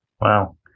Wow